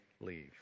leave